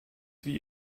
wie